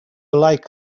like